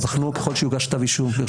ייבחנו ככל שיוגש כתב אישום.